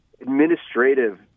administrative